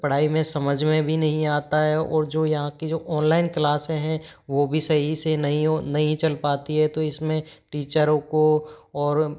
पढ़ाई में समझ में भी नहीं आता है और जो यहाँ की जो ऑनलाइन क्लासें हैं वो भी सही से नहीं हो नहीं चल पाती है तो इस में टीचरों को और